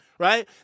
Right